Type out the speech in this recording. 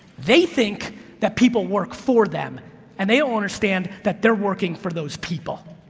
they think that people work for them and they don't understand that they're working for those people.